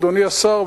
אדוני השר,